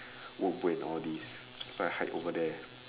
workbook and all these so I hide over there